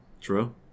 True